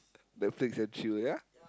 Netflix and chill yeah